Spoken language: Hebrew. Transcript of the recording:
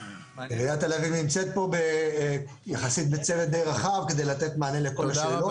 עיריית תל אביב נמצאת פה יחסית בצוות די רחב כדי לתת מענה לכל השאלות.